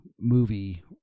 movie